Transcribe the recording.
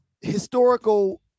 historical